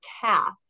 cast